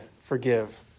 forgive